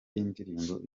y’indirimbo